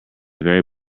very